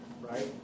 right